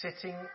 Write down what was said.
sitting